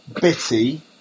bitty